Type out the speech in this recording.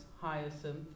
hyacinth